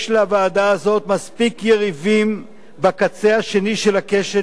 יש לוועדה הזאת מספיק יריבים בקצה השני של הקשת,